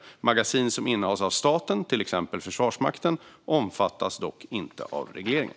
Magasin som innehas av staten, till exempel Försvarsmakten, omfattas dock inte av regleringen.